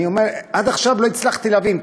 עד עכשיו לא הצלחתי להבין.